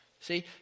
See